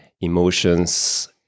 emotions